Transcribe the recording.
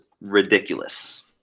ridiculous